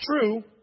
true